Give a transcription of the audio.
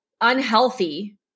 unhealthy